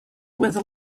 with